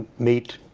meet